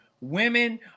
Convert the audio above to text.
Women